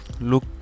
look